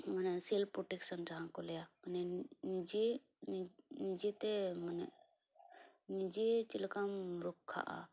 ᱢᱟᱱᱮ self protection ᱡᱟᱦᱟᱸ ᱠᱚ ᱞᱟᱹᱭᱟ ᱢᱟᱱᱮ ᱱᱤᱡᱮ ᱱᱤᱡᱮ ᱛᱮ ᱱᱤᱡᱮ ᱪᱮᱫ ᱞᱮᱠᱟᱢ ᱨᱚᱠᱠᱷᱟᱜᱼᱟ